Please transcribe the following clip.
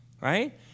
right